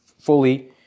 fully